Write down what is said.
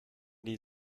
die